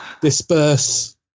disperse